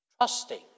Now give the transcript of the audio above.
Trusting